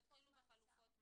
תתחילו בחלופות מעצר.